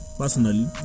personally